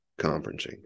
conferencing